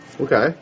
Okay